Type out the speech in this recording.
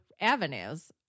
avenues